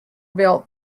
built